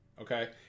okay